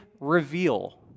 reveal